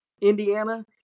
Indiana